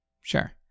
Sure